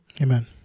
Amen